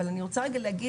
אבל אני רוצה רגע להגיד,